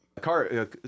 car